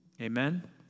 Amen